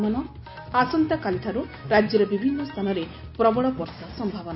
ଆସନ୍ତାକାଲିଠାରୁ ରାଜ୍ୟର ବିଭିନ୍ନ ସ୍ଥାନରେ ପ୍ରବଳ ବର୍ଷା ସନ୍ତାବନା